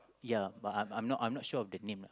ya but I'm I'm I'm not sure of the name lah